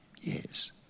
Yes